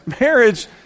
marriage